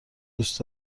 دوست